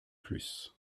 plus